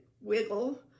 wiggle